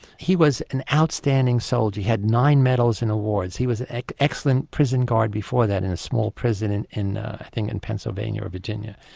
he was an outstanding soldier, he had nine medals and awards, he was an like excellent prison guard before that in a small prison in i think and pennsylvania or virginia,